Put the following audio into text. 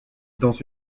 dans